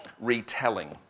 retelling